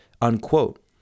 Unquote